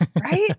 right